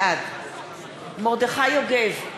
בעד מרדכי יוגב,